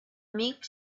meek